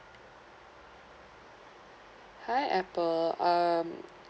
hi apple um